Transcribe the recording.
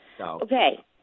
Okay